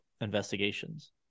investigations